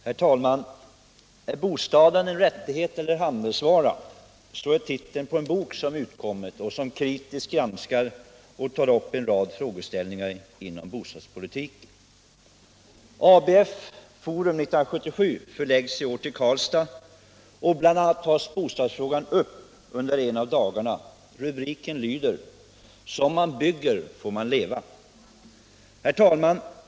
Herr talman! Är bostaden en rättighet eller en handelsvara? Det är titeln på en bok, som kritiskt tar upp en rad frågeställningar inom bostadspolitiken. ABF-Forum 1977 förläggs till Karlstad, och under en av dagarna tas bl.a. bostadsfrågan upp. Rubriken lyder: Som man bygger får man leva. Herr talman!